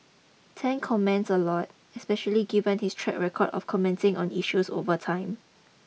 Tan comments a lot especially given his track record of commenting on issues over time